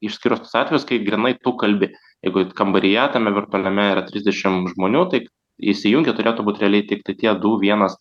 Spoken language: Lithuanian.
išskyrus tuos atvejus kai grynai tu kalbi jeigu kambaryje tame virtualiame yra trisdešim žmonių tai įsijungę turėtų būti realiai tiktai tie du vienas